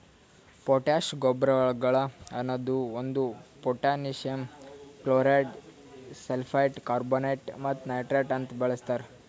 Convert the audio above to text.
potash ಗೊಬ್ಬರಗೊಳ್ ಅನದು ಒಂದು ಪೊಟ್ಯಾಸಿಯಮ್ ಕ್ಲೋರೈಡ್, ಸಲ್ಫೇಟ್, ಕಾರ್ಬೋನೇಟ್ ಮತ್ತ ನೈಟ್ರೇಟ್ ಅಂತ ಬಳಸ್ತಾರ್